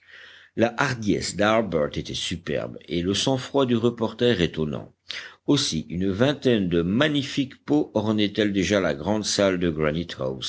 la hardiesse d'harbert était superbe et le sang-froid du reporter étonnant aussi une vingtaine de magnifiques peaux ornaient elles déjà la grande salle de